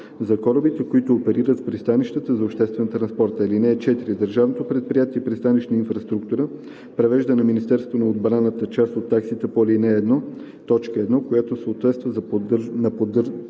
за корабите, които оперират в пристанищата за обществен транспорт. (4) Държавно предприятие „Пристанищна инфраструктура“ превежда на Министерството на отбраната част от таксите по ал. 1, т. 1, която съответства на поддържаните